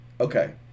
Okay